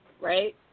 right